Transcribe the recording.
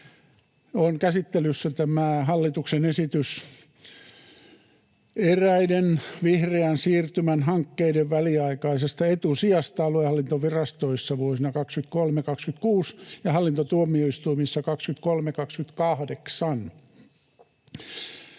Käsittelyssä on hallituksen esitys eräiden vihreän siirtymän hankkeiden väliaikaisesta etusijasta aluehallintovirastoissa vuosina 23—26 ja hallintotuomioistuimissa 23—28.